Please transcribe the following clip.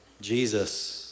Jesus